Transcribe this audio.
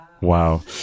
Wow